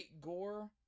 gore